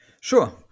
Sure